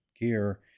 gear